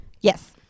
yes